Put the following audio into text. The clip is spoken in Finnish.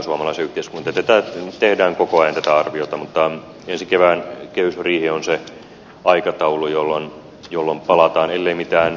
tätä tehdään koko ajan tätä arviota mutta ensi kevään kehysriihi on se aikataulu jolloin asiaan palataan ellei mitään uutta täysin yllättävää matkalle ilmaannu